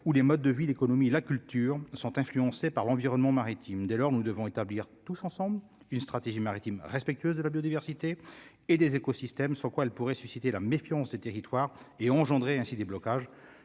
où les modes de vie, l'économie, la culture sont influencés par l'environnement maritime dès lors nous devons établir tous ensemble une stratégie maritime respectueuse de la biodiversité et des écosystèmes, sans quoi elle pourrait susciter la méfiance des territoires et engendrer ainsi déblocage,